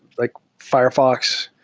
like firefox.